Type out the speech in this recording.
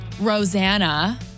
Rosanna